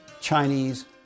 Chinese